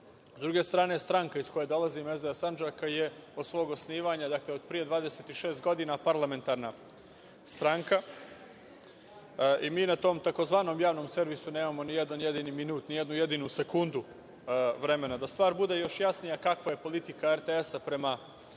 druge strane, stranka iz koje dolazim, SDA Sandžaka je od svog osnivanja, dakle, od pre 26 godina, parlamentarna stranka i mi na tom tzv. Javnom servisu nemamo ni jedan jedini minut, ni jednu jedinu sekundu vremena. Da stvar bude još jasnija kakva je politika RTS-a prema SDA